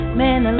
man